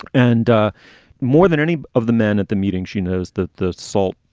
and more than any of the men at the meeting, she knows that the salt.